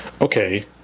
Okay